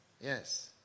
Yes